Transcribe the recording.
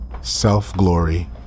self-glory